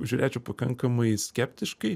žiūrėčiau pakankamai skeptiškai